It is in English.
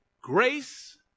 Grace